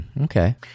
okay